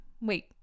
wait